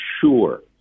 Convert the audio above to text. sure